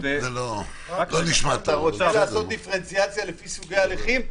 אתה רוצה לעשות הבחנה לפי סוגי ההליכים?